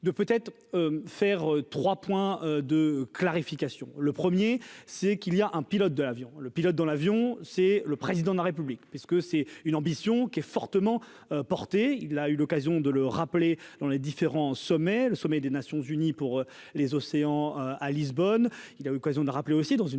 de peut-être faire trois points de clarification, le 1er c'est qu'il y a un pilote de l'avion, le pilote dans l'avion, c'est le président de la République, puisque c'est une ambition qui est fortement portée, il a eu l'occasion de le rappeler dans les différents sommets le sommet des Nations unies pour les océans à Lisbonne, il a l'occasion de rappeler aussi, dans une